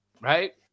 right